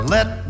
Let